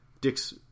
Dick's